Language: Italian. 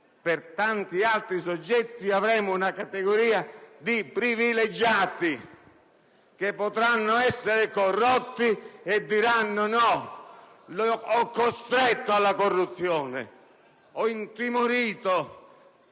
per tanti altri soggetti: avremo una categoria di privilegiati che potranno essere corrotti e diranno di aver costretto alla corruzione, di aver intimorito,